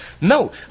no